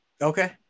Okay